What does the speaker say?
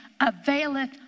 availeth